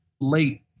Late